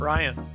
Ryan